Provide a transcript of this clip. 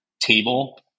table